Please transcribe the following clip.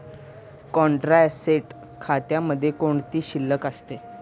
Contra asset खात्यामध्ये कोणती शिल्लक असते?